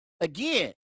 again